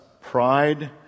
pride